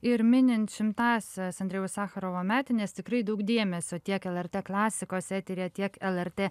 ir minint šimtąsias andrejaus sacharovo metines tikrai daug dėmesio tiek lrt klasikos eteryje tiek lrt